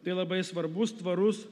tai labai svarbus tvarus